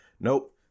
nope